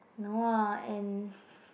no lah and